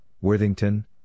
Worthington